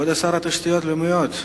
כבוד שר התשתיות הלאומיות,